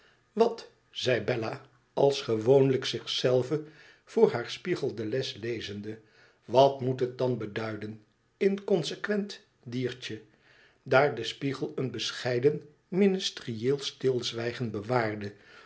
wat zei bella als gewoonlijk zich zelve voor haar spiegel de les lezende twat moet het ian beduiden inconsequent diertje daar de spiegel een bescheiden ministerieel stilzwijgen bewaarde